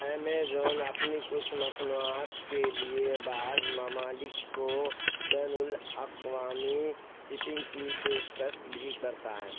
Amazon اپنی کچھ مصنوعات کے لیے بعض ممالک کو بین الاقوامی شِپِنگ کی پیشکش بھی کرتا ہے